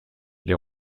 les